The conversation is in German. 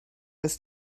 ist